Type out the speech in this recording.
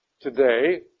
today